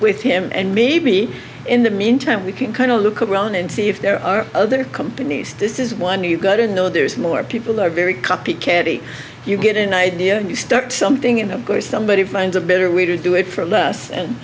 with him and maybe in the meantime we can kind of look around and see if there are other companies this is one you've got in there is more people are very copy candy you get an idea and you start something and of course somebody finds a better way to do it for less and